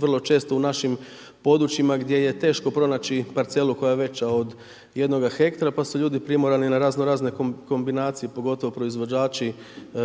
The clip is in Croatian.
vrlo često u našim područjima gdje je teško pronaći parcelu koja je veća od jednoga hektara pa su ljudi primorani na razno razne kombinacije, pogotovo proizvođači